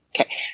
Okay